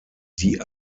die